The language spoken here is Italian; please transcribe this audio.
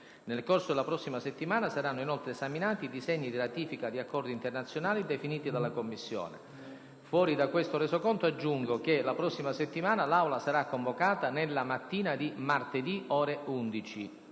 Nel corso della prossima settimana saranno inoltre esaminati disegni di ratifica di accordi internazionali definiti dalla Commissione. Sottolineo che la prossima settimana l'Aula sarà convocata nella mattina di martedì, alle ore 11.